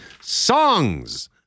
SONGS